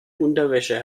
unterwäsche